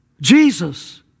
Jesus